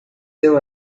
deu